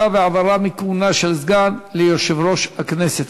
והעברה מכהונה של סגן ליושב-ראש הכנסת),